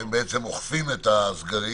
שהם בעצם אוכפים את הסגרים,